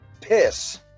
piss